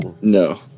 no